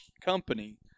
company